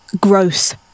Gross